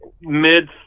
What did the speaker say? mid